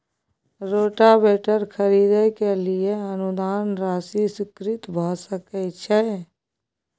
Rotavator खरीदे के लिए अनुदान राशि स्वीकृत भ सकय छैय?